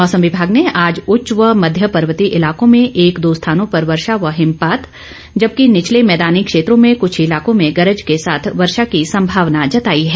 मौसम विभाग ने आज उच्च व मध्य पर्वतीय इलाकों में एक दो स्थानों पर वर्षा व हिमपात जबकि निचले मैदानी क्षेत्रों में कुछ इलाकों में गरज के साथ वर्षा की संभावना जताई है